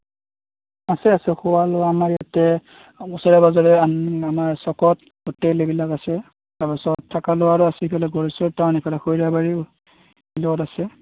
আছে আছে খোৱা লোৱা আমাৰ ইয়াতে ওচৰে পাজৰে আমাৰ চ'কত হোটেল এইবিলাক আছে তাৰপাছত থকা লোৱাৰো আছে এইফালে গোৰেশ্বৰ টাউন এইফালে খৈৰাবাৰীও আছে